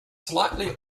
slightly